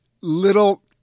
little